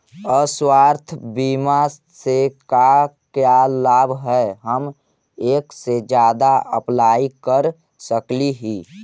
स्वास्थ्य बीमा से का क्या लाभ है हम एक से जादा अप्लाई कर सकली ही?